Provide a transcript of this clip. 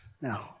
No